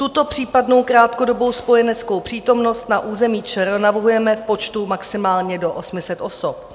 Tuto případnou krátkodobou spojeneckou přítomnost na území ČR navrhujeme v počtu maximálně do 800 osob.